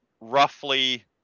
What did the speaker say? roughly